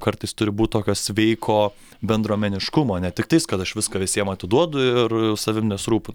kartais turi būti tokio sveiko bendruomeniškumo ne tiktais kad aš viską visiems atiduodu ir savimi nesirūpinu